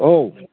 औ